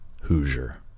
Hoosier